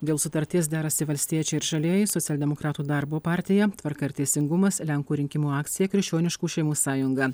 dėl sutarties derasi valstiečiai ir žalieji socialdemokratų darbo partija tvarka ir teisingumas lenkų rinkimų akcija krikščioniškų šeimų sąjunga